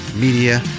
media